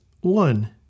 one